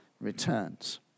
returns